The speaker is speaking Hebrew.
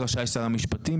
רשאי שר המשפטים,